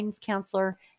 counselor